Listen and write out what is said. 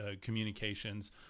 communications